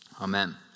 Amen